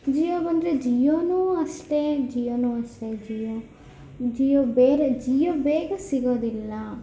ಜಿಯೋ ಬಂದರೆ ಜಿಯೋನೂ ಅಷ್ಟೇ ಜಿಯೋನು ಅಷ್ಟೇ ಜಿಯೋ ಜಿಯೋ ಬೇರೆ ಜಿಯೋ ಬೇಗ ಸಿಗೋದಿಲ್ಲ